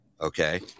okay